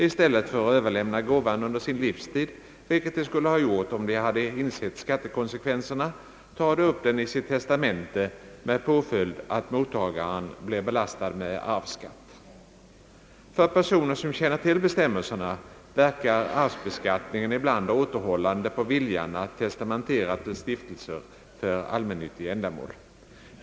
I stället för att överlämna gåvan under sin livstid, vilket de skulle ha gjort om de hade insett skattekonsekvenserna, tar de upp den i sitt testamente med påföljd att mottagaren blir belastad med arvsskatt. För personer som känner till bestämmelserna verkar = arvsbeskattningen ibland återhållande på viljan att testamentera till stiftelser för allmännyttiga ändamål.